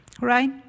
Right